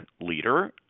leader